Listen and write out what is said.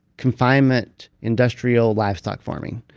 confinement industrial livestock farming.